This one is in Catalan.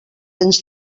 ens